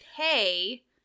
pay